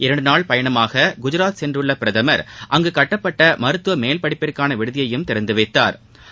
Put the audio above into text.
இரண்டு நாள் பயணமாக குஜராத் சென்றுள்ள பிரதமர் அங்கு கட்டப்பட்ட மருத்துவ மேல் பட்டப்படிப்பிற்கான விடுதியையும் திறந்து வைத்தாா்